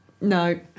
No